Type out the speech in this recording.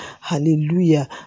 hallelujah